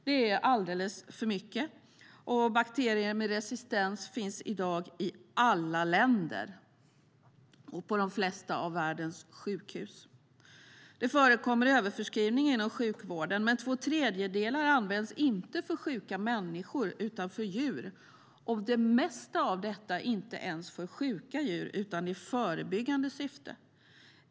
Det är alldeles för mycket, och bakterier med resistens finns i dag i alla länder och på de flesta av världens sjukhus. Det förekommer överförskrivning inom sjukvården, men två tredjedelar av antibiotikan används inte för sjuka människor utan för djur - och det mesta inte ens för sjuka djur utan i förebyggande syfte.